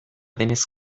denez